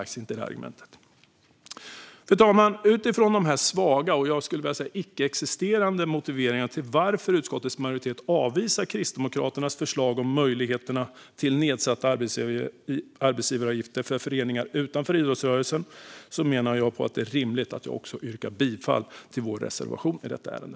Mot bakgrund av utskottsmajoritetens svaga, jag skulle vilja säga icke-existerande, motivering för att avvisa Kristdemokraternas förslag om att nedsatta arbetsgivaravgifter för föreningar bör utökas till att även inkludera organisationer och föreningar i civilsamhället vid sidan av idrottsrörelsen är det rimligt att jag yrkar bifall till vår reservation i detta ärende.